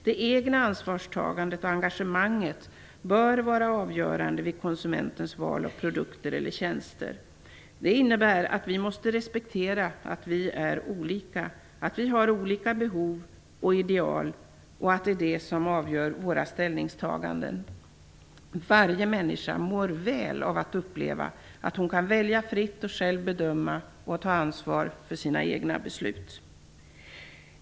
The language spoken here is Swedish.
Det egna ansvarstagandet och engagemanget bör vara avgörande vid konsumentens val av produkter eller tjänster. Det innebär att vi måste respektera att människor är olika, att de har olika behov och ideal och att det är det som avgör de egna ställningstagandena. Varje människa mår väl av att uppleva att hon kan välja fritt och själv bedöma och ta ansvar för sina egna beslut.